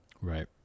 Right